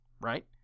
right